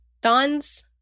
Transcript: Don's